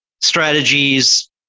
strategies